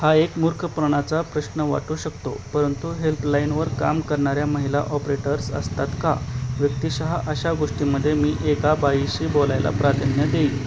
हा एक मूर्खपणाचा प्रश्न वाटू शकतो परंतु हेल्पलाइणवर काम करणाऱ्या महिला ऑपरेटर्स असतात का व्यक्तिशः अशा गोष्टींमध्ये मी एका बाईशी बोलायला प्राद्यान्य देईन